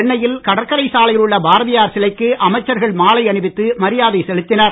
சென்னையில் கடற்கரை சாலையில் உள்ள பாரதியார் சிலைக்கு அமைச்சர்கள் மாலை அணிவித்து மரியாதை செலுத்தினர்